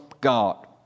God